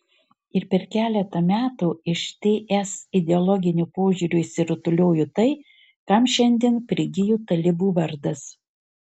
ir per keletą metų iš ts ideologiniu požiūriu išsirutuliojo tai kam šiandien prigijo talibų vardas